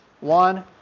One